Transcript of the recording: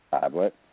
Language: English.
tablet